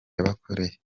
yabakoreye